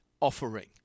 offering